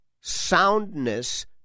soundness